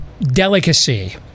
delicacy